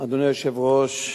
אדוני היושב-ראש,